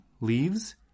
leaves